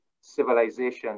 civilization